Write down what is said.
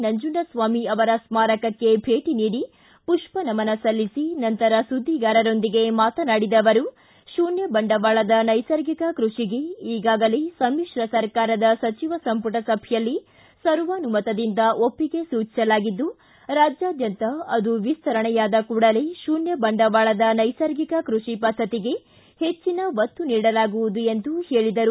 ನಂಜುಂಡಸ್ವಾಮಿ ಅವರ ಸ್ಮಾರಕಕ್ಕೆ ಭೇಟಿ ನೀಡಿ ಮಷ್ವನಮನ ಸಲ್ಲಿಸಿ ನಂತರ ಸುದ್ವಿಗಾರರೊಂದಿಗೆ ಮಾತನಾಡಿದ ಅವರು ತೂನ್ಯ ಬಂಡವಾಳದ ನೈಸರ್ಗಿಕ ಕ್ಕಷಿಗೆ ಈಗಾಗಲೇ ಸಮಿಶ್ರ ಸರ್ಕಾರದ ಸಚಿವ ಸಂಪುಟ ಸಭೆಯಲ್ಲಿ ಸರ್ವಾನುಮತದಿಂದ ಒಪ್ಪಿಗೆ ಸೂಚಿಸಲಾಗಿದ್ದು ರಾಜ್ಕಾದ್ಯಂತ ಅದು ವಿಸ್ತರಣೆಯಾದ ಕೂಡಲೇ ಶೂನ್ತ ಬಂಡವಾಳದ ನೈಸರ್ಗಿಕ ಕೃಷಿ ಪದ್ದತಿಗೆ ಹೆಚ್ಚು ಒತ್ತು ನೀಡಲಾಗುವುದು ಎಂದು ಹೇಳಿದರು